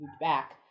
back